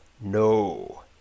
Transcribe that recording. No